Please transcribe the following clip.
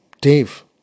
Dave